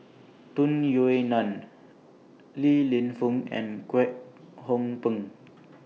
Tung Yue Nang Li Lienfung and Kwek Hong Png